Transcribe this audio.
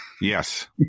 yes